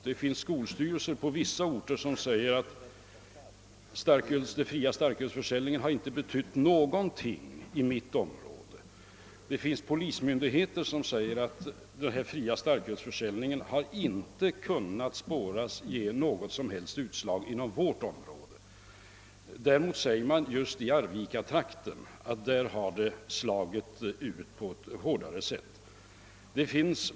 Det finns skolstyrelser på vissa orter som säger att den fria starkölsförsäljningen inte be tytt någonting, det finns polismyndigheter som anser att av den fria starkölsförsäljningen inom deras område inte kunnat spåras något som helst utslag. Däremot säger man just i Arvikatrakten att försöket slagit ut på ett hårdare sätt.